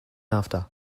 after